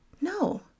no